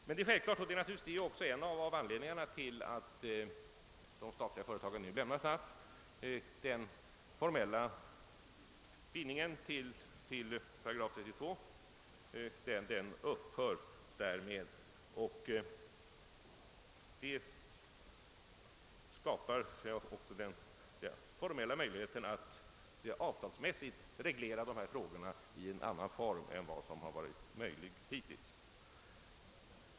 Men det är självklart, och det är naturligtvis också en av anledningarna till att de statliga företagen nu lämnar SAF, att den formella bindningen till 8 32 upphör och att därmed också skapas formella möjligheter att avtalsmässigt reglera dessa frågor i en annan form än vad som har varit möjligt hittills.